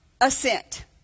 assent